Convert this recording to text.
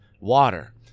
water